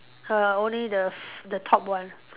uh only the f~ the top one